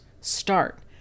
start